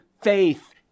faith